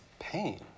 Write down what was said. pain